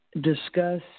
discuss